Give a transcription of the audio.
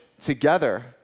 together